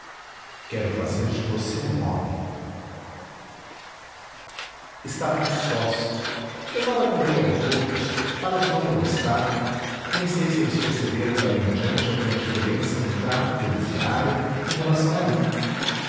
quero fazer de você um homem estávamos sós eu nada contei aos outros para os não molestar nem sei se eles perceberam daí em diante alguma diferença no trato do elisiário em relação a mim